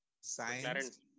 science